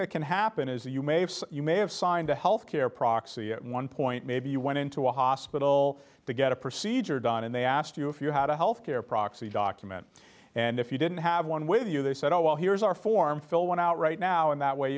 that can happen is that you may have you may have signed a health care proxy at one point maybe you went into a hospital to get a procedure done and they asked you if you had a health care proxy document and if you didn't have one with you they said oh well here's our form fill one out right now and that way